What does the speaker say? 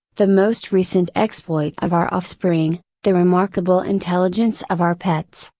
the most recent exploit of our offspring, the remarkable intelligence of our pets,